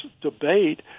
debate